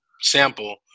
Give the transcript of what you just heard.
sample